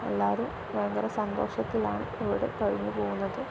എല്ലാവരും ഭയങ്കര സന്തോഷത്തിലാണ് ഇവിടെ കഴിഞ്ഞു പോകുന്നത്